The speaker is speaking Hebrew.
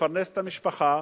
לפרנס את המשפחה,